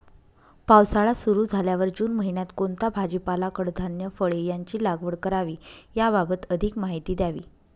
पावसाळा सुरु झाल्यावर जून महिन्यात कोणता भाजीपाला, कडधान्य, फळे यांची लागवड करावी याबाबत अधिक माहिती द्यावी?